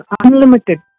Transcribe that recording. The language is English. unlimited